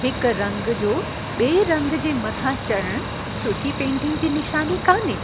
हिक रंग जो ॿिए रंग जे मथां चढ़णु सुठी पेंटिंग जी निशानी कान्हे